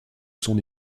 son